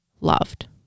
loved